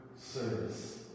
service